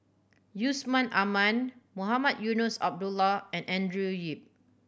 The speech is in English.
Yusman Aman Mohamed Eunos Abdullah and Andrew Yip